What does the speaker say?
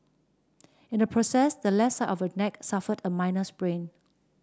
in the process the left side of her neck suffered a minor sprain